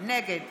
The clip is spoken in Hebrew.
נגד